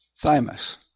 thymus